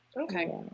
Okay